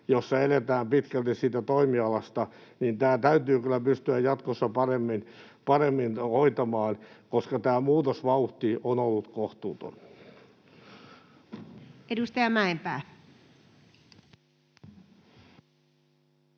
jossa eletään pitkälti siitä toimialasta. Tämä täytyy kyllä pystyä jatkossa paremmin hoitamaan, koska tämä muutosvauhti on ollut kohtuuton. [Speech